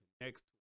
Next